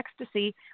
ecstasy